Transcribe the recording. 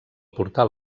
portal